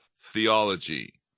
theology